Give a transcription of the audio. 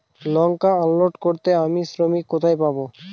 লঙ্কা unload করতে আমি শ্রমিক কোথায় পাবো?